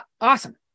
Awesome